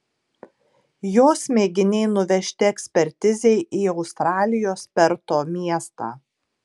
jos mėginiai nuvežti ekspertizei į australijos perto miestą